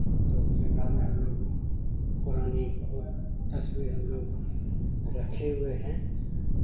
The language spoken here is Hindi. तो केमरा में हम लोग पुरानी फो तस्वीर हम लोग रखे हुए हैं